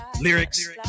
lyrics